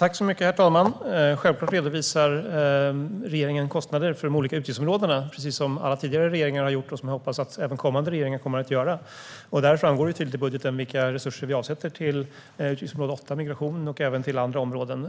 Herr talman! Självklart redovisar regeringen kostnader för de olika utgiftsområdena, precis som alla tidigare regeringar har gjort och som jag hoppas att även kommande regeringar kommer att göra. Det framgår tydligt i budgeten vilka resurser vi avsätter till utgiftsområde 8 Migration och till andra utgiftsområden.